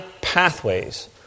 pathways